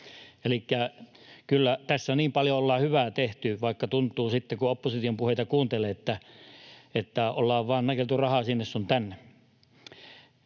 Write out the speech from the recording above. Elikkä kyllä tässä niin paljon ollaan hyvää tehty, vaikka tuntuu sitten, kun opposition puheita kuuntelee, että ollaan vain nakeltu rahaa sinne sun tänne.